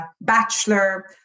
Bachelor